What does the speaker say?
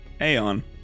Aeon